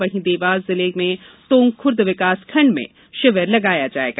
वहीं देवास जिले में टोंकखुर्द विकासखंड में शिविर लगाया जायेगा